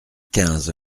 quinze